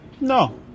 No